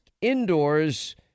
indoors